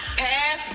pass